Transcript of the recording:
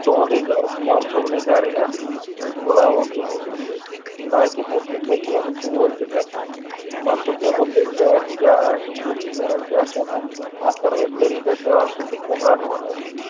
تُہٕنٛدُے گَرٕ اِمام صٲبنٕے گَرٕ یِنۍ أسۍ بُلاوہوٗکھ تِم تاکہِ پتہٕ یُس اَسہِ ہُہ ژوٗر چھِ گَژھان پتہٕ سُہ کُہُنٛد لڑکہٕ آسہِ کیٛاہ آسہِ کُس چھُ کَرن کیٛاہ چھُ آسان اَتھ کَرو أسۍ طریٖقے کار سُہ کِتھٕ کٔنۍ رَٹہوٗن أسۍ